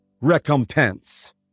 recompense